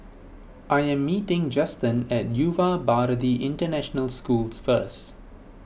I am meeting Justen at Yuva Bharati International Schools first